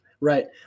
Right